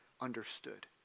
understood